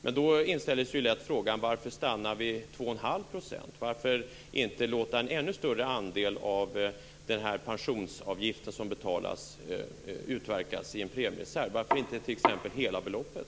Men då inställer sig lätt frågan: Varför stannar vi på 2,5 %? Varför inte låta en ännu större andel av den pensionsavgift som betalas utgöra en premiereserv? Varför t.ex. inte hela beloppet?